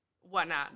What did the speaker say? whatnot